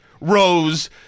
rose